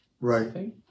right